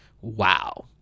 wow